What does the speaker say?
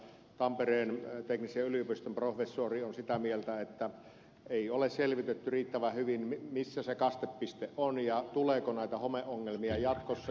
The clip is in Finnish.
tampereen teknillisen yliopiston professori on sitä mieltä että ei ole selvitetty riittävän hyvin missä se kastepiste on ja tuleeko näitä homeongelmia jatkossa